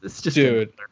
dude